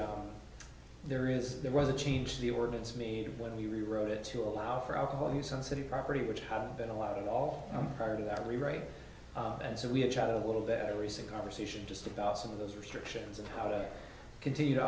the there is there was a change the ordinance made when we wrote it to allow for alcohol use on city property which had been allowed at all prior to that rewrite and so we have had a little bit of recent conversation just about some of those restrictions and how to continue to